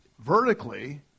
vertically